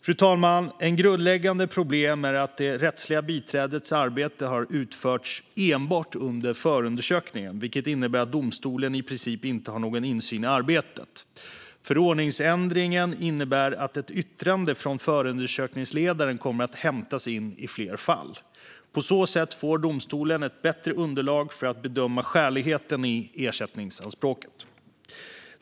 Fru talman! Ett grundläggande problem är att det rättsliga biträdets arbete har utförts enbart under förundersökningen, vilket innebär att domstolen i princip inte har någon insyn i arbetet. Förordningsändringen innebär att ett yttrande från förundersökningsledaren kommer att hämtas in i fler fall. På så sätt får domstolen ett bättre underlag för att bedöma skäligheten i ersättningsanspråket.